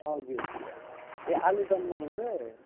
हजुर ए आलुदममा उयो